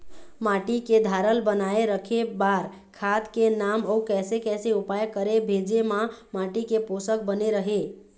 माटी के धारल बनाए रखे बार खाद के नाम अउ कैसे कैसे उपाय करें भेजे मा माटी के पोषक बने रहे?